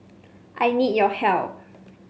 I need your help